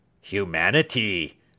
Humanity